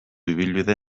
ibilbide